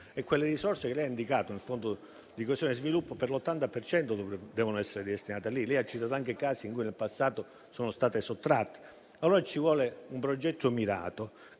e le risorse che lei ha indicato nel Fondo di coesione e sviluppo per l'80 per cento devono essere destinate lì. Lei ha citato anche dei casi in cui nel passato sono state sottratte. Allora ci vuole un progetto mirato